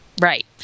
right